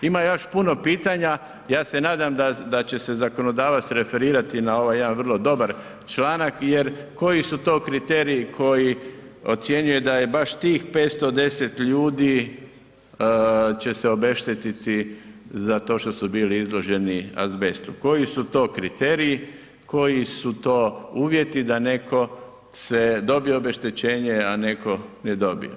Ima još puno pitanja, ja se nadam da će se zakonodavac referirati na ovaj jedan vrlo dobar članak jer koji su to kriteriji koji ocjenjuju da je baš tih 510 ljudi će se obeštetiti za to što su bili izloženi azbestu, koji su to kriteriji, koji su to uvjeti da netko dobije obeštećenje, a netko ne dobije.